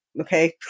okay